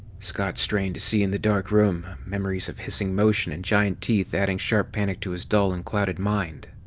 scott strained to see in the dark room, memories of hissing motion and giant teeth adding sharp panic to his dull and clouded mind.